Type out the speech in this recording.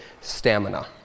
stamina